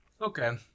Okay